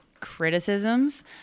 criticisms